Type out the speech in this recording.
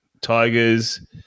Tigers